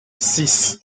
six